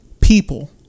people